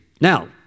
Now